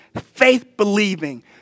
faith-believing